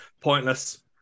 Pointless